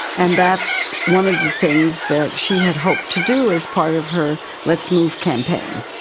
and that's one of the things that she had hoped to do as part of her let's move campaign.